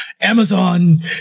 Amazon